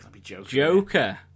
Joker